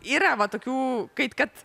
yra va tokių kaip kad